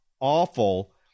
awful